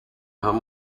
haben